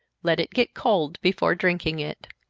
let it get cold before drinking it.